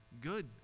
good